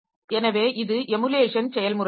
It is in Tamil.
எனவே இது எமுலேஷன் செயல்முறையாகும்